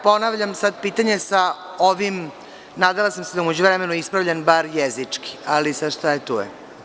Ponavljam sad pitanje sa ovim, jer sam se nadala da je u međuvremenu ispravljen bar jezički, ali, šta je tu je.